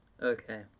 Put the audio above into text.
Okay